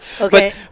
Okay